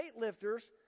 weightlifters